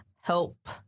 help